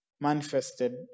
manifested